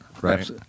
right